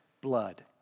blood